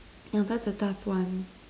ya that's a tough one